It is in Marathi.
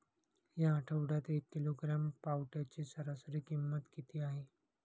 या आठवड्यात एक किलोग्रॅम पावट्याची सरासरी किंमत किती आहे?